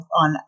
on